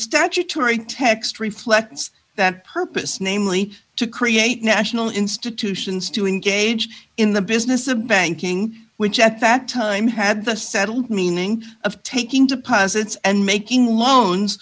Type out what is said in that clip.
statutory text reflects that purpose namely to create national institutions to engage in the business a banking which at that time had the settled meaning of taking deposits and making loans